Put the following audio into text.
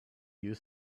you